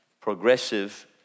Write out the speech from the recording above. progressive